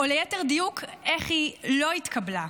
או ליתר דיוק איך היא לא התקבלה.